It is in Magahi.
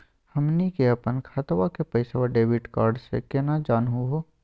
हमनी के अपन खतवा के पैसवा डेबिट कार्ड से केना जानहु हो?